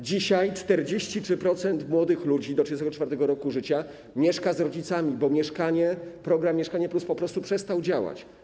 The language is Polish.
Dzisiaj 43% młodych ludzi do 34. roku życia mieszka z rodzicami, bo program „Mieszkanie+” po prostu przestał działać.